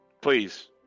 please